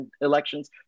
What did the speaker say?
elections